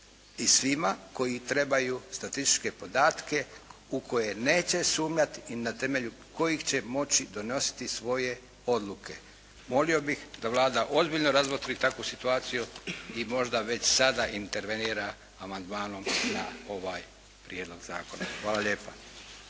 i svima koji trebaju statističke podatke u koje neće sumnjati i na temelju kojih će moći donositi svoje odluke. Molio bih da Vlada ozbiljno razmotri takvu situaciju i možda već sada intervenira amandmanom na ovaj prijedlog zakona. Hvala lijepa.